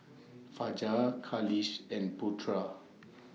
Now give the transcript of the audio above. Fajar Khalish and Putra